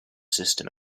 system